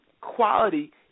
quality